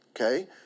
Okay